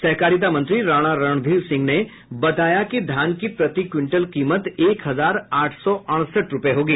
सहकारिता मंत्री राणा रणधीर सिंह ने बताया कि धान की प्रति क्विंटल कीमत एक हजार आठ सौ अड़सठ रूपये होगी